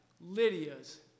Lydia's